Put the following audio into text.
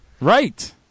Right